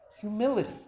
humility